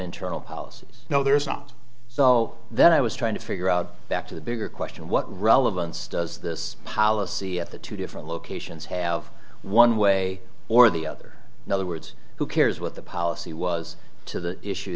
internal policies no there is not so then i was trying to figure out back to the bigger question what relevance does this policy at the two different locations have one way or the other another words who cares what the policy was to the issue